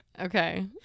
Okay